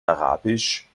arabisch